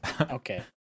Okay